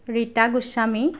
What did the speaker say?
Rita Goswami